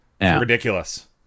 ridiculous